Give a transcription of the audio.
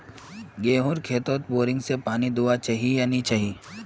गेँहूर खेतोत बोरिंग से पानी दुबा चही या नी चही?